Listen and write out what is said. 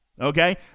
okay